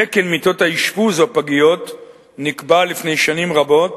תקן מיטות האשפוז בפגיות נקבע לפני שנים רבות